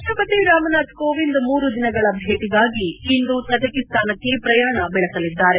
ರಾಷ್ಲಪತಿ ರಾಮನಾಥ ಕೋವಿಂದ್ ಮೂರು ದಿನಗಳ ಭೇಟಗಾಗಿ ಇಂದು ತಜಕಿಸ್ತಾನಕ್ಕೆ ಪ್ರಯಾಣ ಬೆಳೆಸಲಿದ್ದಾರೆ